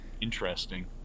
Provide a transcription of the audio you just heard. Interesting